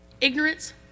Ignorance